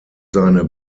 seine